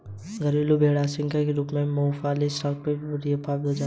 घरेलू भेड़ आंशिक रूप से मौफलन स्टॉक से व्युत्पन्न होते हैं